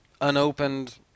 unopened